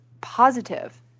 positive